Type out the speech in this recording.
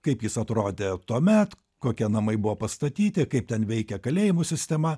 kaip jis atrodė tuomet kokie namai buvo pastatyti kaip ten veikia kalėjimų sistema